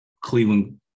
Cleveland